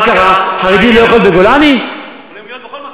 מאוד.